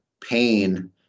pain